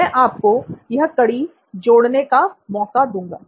मैं आपको यह कड़ी जोड़ने का मौका दूंगा